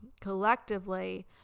collectively